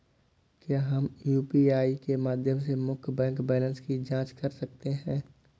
क्या हम यू.पी.आई के माध्यम से मुख्य बैंक बैलेंस की जाँच कर सकते हैं?